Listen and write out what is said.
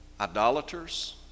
idolaters